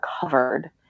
covered